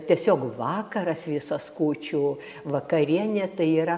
tiesiog vakaras visas kūčių vakarienė tai yra